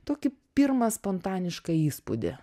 tokį pirmą spontanišką įspūdį